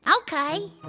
Okay